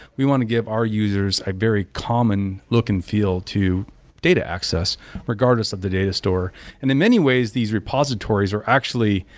we want to give our users a very common look and feel to data access regardless of the data store and in many ways, these repositories are actually,